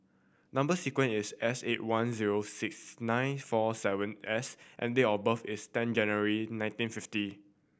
number sequence is S eight one zero six nine four seven S and date of birth is ten January nineteen fifty